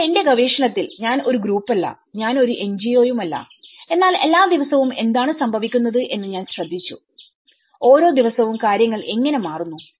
എന്നാൽ എന്റെ ഗവേഷണത്തിൽ ഞാൻ ഒരു ഗ്രൂപ്പല്ല ഞാൻ ഒരു എൻജിഒ യും അല്ല എന്നാൽ എല്ലാ ദിവസവും എന്താണ് സംഭവിക്കുന്നത് എന്ന് ഞാൻ ശ്രദ്ധിച്ചു ഓരോ ദിവസവും കാര്യങ്ങൾ എങ്ങനെ മാറുന്നു